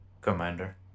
Commander